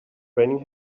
raining